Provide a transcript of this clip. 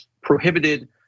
prohibited